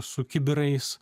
su kibirais